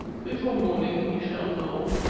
before morning we shall know.